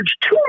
two